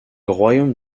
royaume